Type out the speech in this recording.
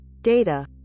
data